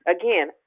again